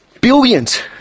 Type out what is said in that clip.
billions